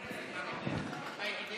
והאפוטרופסות (תיקון,